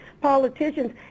politicians